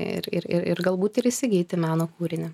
ir ir ir ir galbūt ir įsigyti meno kūrinį